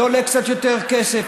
זה עולה קצת יותר כסף,